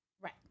right